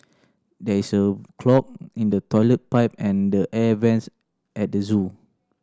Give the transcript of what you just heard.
there is a clog in the toilet pipe and the air vents at the zoo